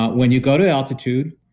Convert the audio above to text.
but when you go to altitude,